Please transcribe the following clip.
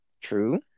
True